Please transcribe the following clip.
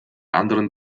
anderen